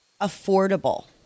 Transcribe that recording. affordable